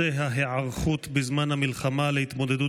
בנושא: ההיערכות בזמן המלחמה להתמודדות